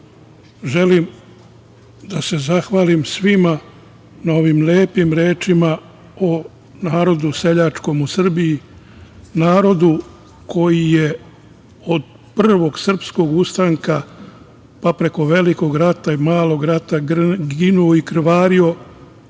želim da se zahvalim svima na ovim lepim rečima o narodu seljačkom u Srbiji, narodu koji je od Prvog srpskog ustanka, pa preko Velikog rata i malog rata, ginuo i krvario